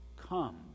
come